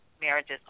marriages